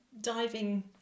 diving